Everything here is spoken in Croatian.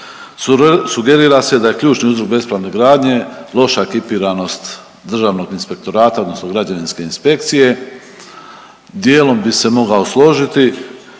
Sugerira se da je ključni uzrok bespravne gradnje loša ekipiranost Državnog inspektorata odnosno građevinske inspekcije, dijelom bi se mogao složiti.